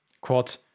Quote